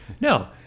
no